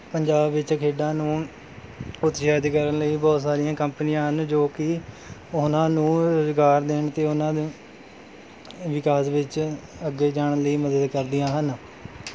ਪੰਜਾਬ ਵਿੱਚ ਖੇਡਾਂ ਨੂੰ ਉਤਸ਼ਾਹਿਤ ਕਰਨ ਲਈ ਬਹੁਤ ਸਾਰੀਆਂ ਕੰਪਨੀਆਂ ਹਨ ਜੋ ਕਿ ਉਹਨਾਂ ਨੂੰ ਰੁਜ਼ਗਾਰ ਦੇਣ ਅਤੇ ਉਨ੍ਹਾਂ ਦੇ ਵਿਕਾਸ ਵਿੱਚ ਅੱਗੇ ਜਾਣ ਲਈ ਮਦਦ ਕਰਦੀਆਂ ਹਨ